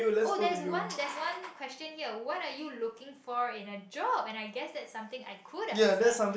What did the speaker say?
oh there's one there's one question here what are you looking for in a job I guess that's something I could answer